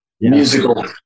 musical